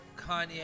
Kanye